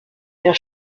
der